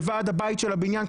לוועד הבית של הבניין,